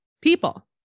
people